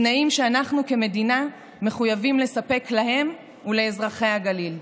תנאים שאנחנו כמדינה מחויבים לספק להם ולאזרחי הגליל.